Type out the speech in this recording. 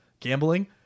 gambling